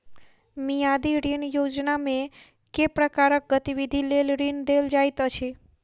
मियादी ऋण योजनामे केँ प्रकारक गतिविधि लेल ऋण देल जाइत अछि